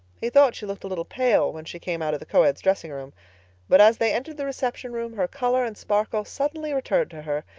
he thought she looked a little pale when she came out of the coeds' dressing room but as they entered the reception room her color and sparkle suddenly returned to her.